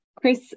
chris